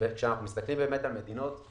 כשאנחנו מסתכלים על מדינות אחרות,